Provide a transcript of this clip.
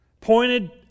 pointed